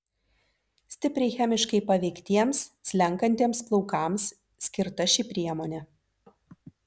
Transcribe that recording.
stipriai chemiškai paveiktiems slenkantiems plaukams skirta ši priemonė